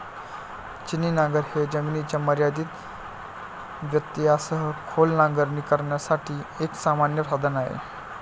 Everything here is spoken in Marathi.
छिन्नी नांगर हे जमिनीच्या मर्यादित व्यत्ययासह खोल नांगरणी करण्यासाठी एक सामान्य साधन आहे